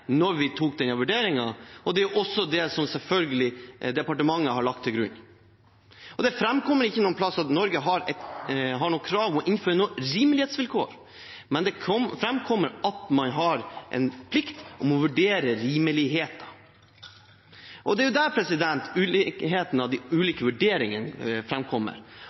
vi gjorde denne vurderingen, og det er selvfølgelig også det departementet har lagt til grunn. Det framkommer ikke noen plass at Norge har noe krav på seg til å innføre noe rimelighetsvilkår, men det framkommer at man har en plikt til å vurdere rimeligheten. Det er der ulikheten